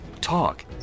Talk